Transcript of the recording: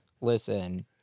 Listen